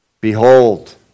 behold